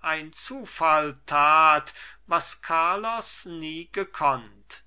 ein zufall tat was carlos nie gekonnt